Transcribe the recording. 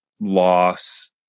loss